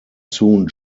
soon